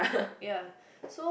ya so